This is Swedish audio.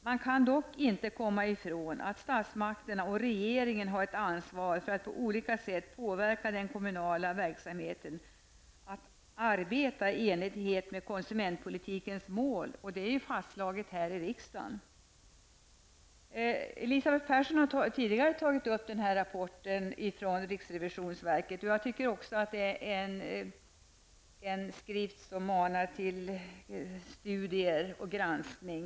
Man kan dock inte komma ifrån att statsmakterna och regeringen har ett ansvar för att på olika sätt påverka den kommunala verksamheten att arbeta i enlighet med konsumentpolitikens mål. Det är fastslaget av riksdagen. Elisabeth Persson har tidigare tagit upp rapporten från riksrevisionsverket. Jag tycker också att det är en skrift som manar till studier och granskning.